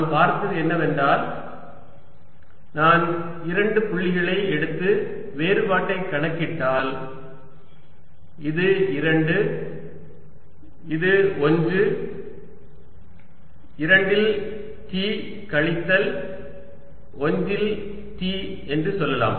நாம் பார்த்தது என்னவென்றால் நான் இரண்டு புள்ளிகளை எடுத்து வேறுபாட்டைக் கணக்கிட்டால் இது 2 இது 1 2 இல் T கழித்தல் 1 இல் T என்று சொல்லலாம்